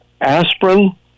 aspirin